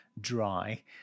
dry